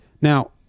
Now